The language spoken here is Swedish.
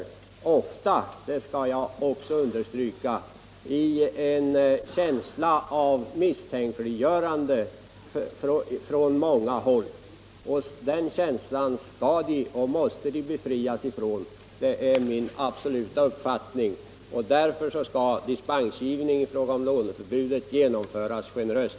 Jag vill också understryka att dessa småföretagare ofta arbetar med känslan att misstänkliggöras från många håll, och den känslan måste de befrias ifrån, det är min absoluta uppfattning. Dispensgivning från låneförbudet måste därför genomföras generöst.